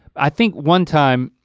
i think one time,